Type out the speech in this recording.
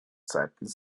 seitens